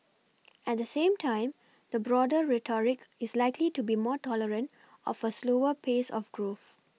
at the same time the broader rhetoric is likely to be more tolerant of a slower pace of growth